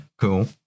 Cool